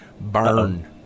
Burn